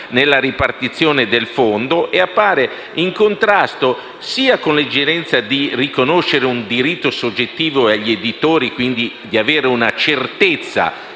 nella ripartizione del fondo. E ciò appare in contrasto con l'esigenza sia di riconoscere un diritto soggettivo agli editori, e quindi di avere una certezza